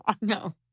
No